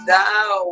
Now